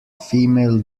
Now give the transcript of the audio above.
female